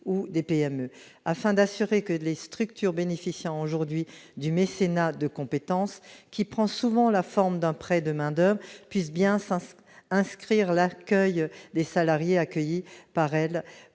ou des PME afin d'assurer que les structures bénéficiant aujourd'hui du mécénat de compétences qui prend souvent la forme d'un prêt de main d'homme puisse bien s'inscrire la accueil, les salariés, accueilli par elle